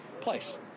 place